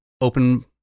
open